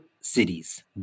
cities